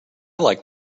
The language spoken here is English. like